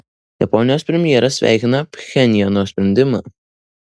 japonijos premjeras sveikina pchenjano sprendimą